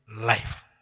life